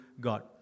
God